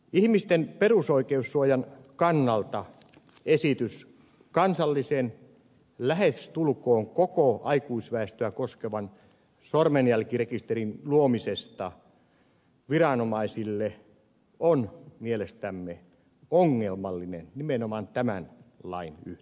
ihmisten perusoikeussuojan kannalta esitys kansallisen lähestulkoon koko aikuisväestöä koskevan sormenjälkirekisterin luomisesta viranomaisille on mielestämme ongelmallinen nimenomaan tämän lain yhteydessä